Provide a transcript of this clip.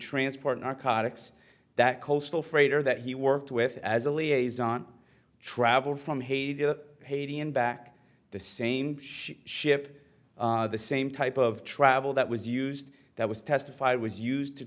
transport narcotics that coastal freighter that he worked with as a liaison traveled from haditha haiti and back the same ship the same type of travel that was used that was testified was used